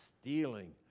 stealing